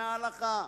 מההלכה,